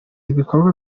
ibikorwa